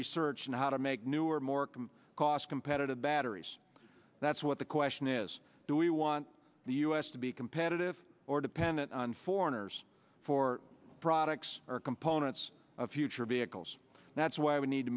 research into how to make newer more can cost competitive batteries that's what the question is do we want the u s to be competitive or dependent on foreigners for products or components of future vehicles that's why we need to